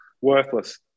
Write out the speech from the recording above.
worthless